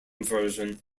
version